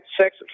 sex